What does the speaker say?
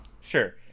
sure